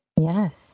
Yes